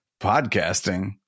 podcasting